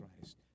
Christ